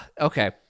Okay